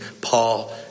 paul